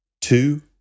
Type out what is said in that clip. Two